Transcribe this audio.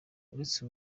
uretse